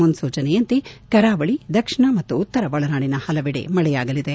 ಮುನ್ಸೂಚನೆಯಂತೆ ಕರಾವಳಿ ದಕ್ಷಿಣ ಮತ್ತು ಉತ್ತರ ಒಳನಾಡಿನ ಹಲವೆಡೆ ಮಳೆಯಾಗಲಿದೆ